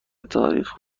تاریخ